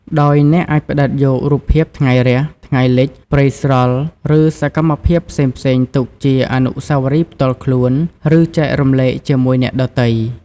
ដោយអ្នកអាចផ្តិតយករូបភាពថ្ងៃរះ ថ្ងៃលិច ព្រៃស្រល់ ឬសកម្មភាពផ្សេងៗទុកជាអនុស្សាវរីយ៍ផ្ទាល់ខ្លួន ឬចែករំលែកជាមួយអ្នកដទៃ។